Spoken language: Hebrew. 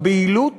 הבהילות